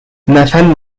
nathan